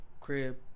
Crib